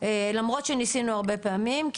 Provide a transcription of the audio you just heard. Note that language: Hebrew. למרות שניסינו הרבה פעמים,